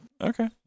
Okay